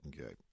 Okay